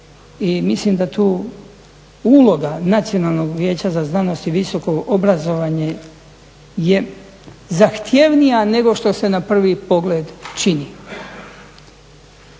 mislim da tu uloga Nacionalnog vijeća za znanost i visoko obrazovanje je zahtjevnija nego što se na prvi pogled čini.